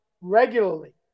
regularly